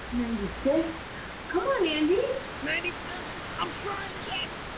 ninety six come on, andy! ninety seven, i'm trying, jess!